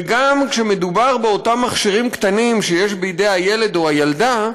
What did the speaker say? וגם כשמדובר באותם מכשירים קטנים שיש בידי הילד או הילדה,